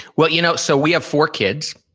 well, you know so we have four kids.